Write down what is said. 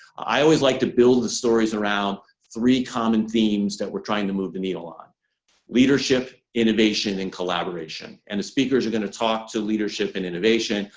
i always like to build the stories around three common themes that we're trying to move the needle on leadership, innovation, and collaboration. and the speakers are going to talk to leadership and innovation.